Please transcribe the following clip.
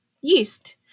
yeast